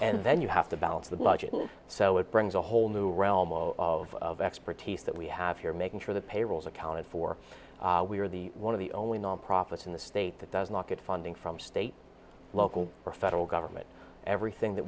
and then you have to balance the budget so it brings a whole new realm of expertise that we have here making sure the payroll is accounted for we are the one of the only nonprofit in the state that does not get funding from state local or federal government everything that